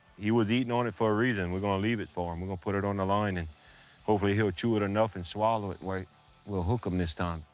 he was eaten on it for a reason. we're going to leave it for him. we're gonna put it on the line, and hopefully he'll chew it enough and swallow it like we'll hook him this time.